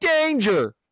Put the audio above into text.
danger